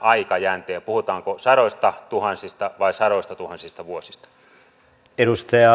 puhutaanko sadoista tuhansista vai sadoistatuhansista vuosista